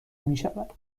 میشود